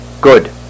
Good